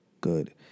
good